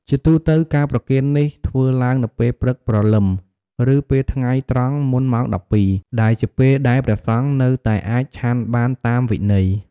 ជាទូទៅ ការប្រគេននេះធ្វើឡើងនៅពេលព្រឹកព្រលឹម ឬពេលថ្ងៃត្រង់មុនម៉ោង ១២ ដែលជាពេលដែលព្រះសង្ឃនៅតែអាចឆាន់បានតាមវិន័យ។